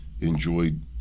enjoyed